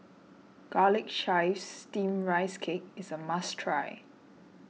Garlic Chives Steamed Rice Cake is a must try